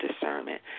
discernment